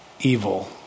evil